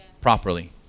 properly